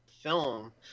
film